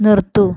നിർത്തൂ